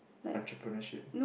entrepreneurship